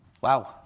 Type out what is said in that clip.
Wow